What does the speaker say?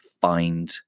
find